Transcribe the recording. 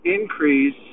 increase